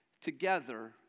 together